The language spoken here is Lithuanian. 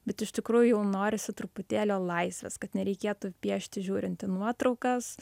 bet iš tikrų jau norisi truputėlio laisvės kad nereikėtų piešti žiūrint į nuotraukas